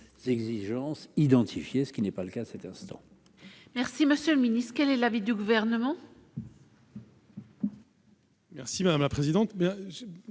exigences identifiées, ce qui n'est pas le cas cet instant. Merci, Monsieur le Ministre, quel est l'avis du gouvernement. Merci madame la présidente,